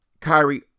Kyrie